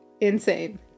insane